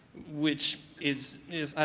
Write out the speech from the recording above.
which is is i